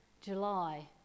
July